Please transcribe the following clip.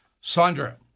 Sandra